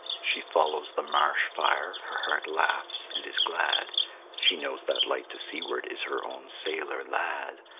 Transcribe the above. she follows the marsh fire her heart laughs and is glad she knows that light to seaward is her own sailor lad!